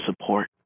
support